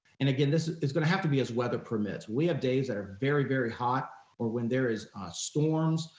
and again, this is gonna have to be as weather permits. we have days that are very, very hot or when there is a storms,